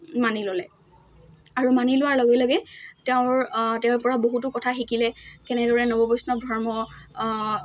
মানি ল'লে আৰু মানি লোৱাৰ লগে লগে তেওঁৰ তেওঁৰ পৰা বহুতো কথা শিকিলে কেনেদৰে নৱ বৈষ্ণৱ ধৰ্ম